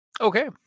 Okay